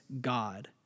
God